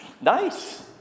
Nice